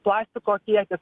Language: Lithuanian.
plastiko kiekis